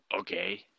okay